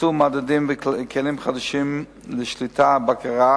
נכנסו מדדים וכלים חדשים לשליטה ובקרה,